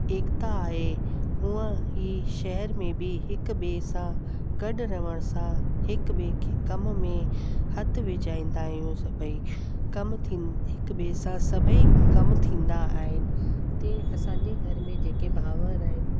एकता आए उअं ई शहर में बि हिकु ॿिए सां गॾु रहण सां हिकु ॿिए खे कम में हथ विझाईंदा आहियूं भई कमु थींदा हिकु ॿिए सां सभई कमु थींदा आइन ते असांजे घर में जेके भाउर आहिनि